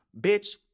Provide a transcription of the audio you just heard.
Bitch